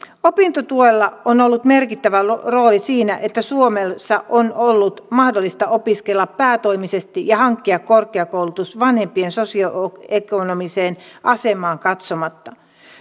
opintotuella on ollut merkittävä rooli siinä että suomessa on ollut mahdollista opiskella päätoimisesti ja hankkia korkeakoulutus vanhempien sosioekonomiseen asemaan katsomatta